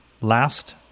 Last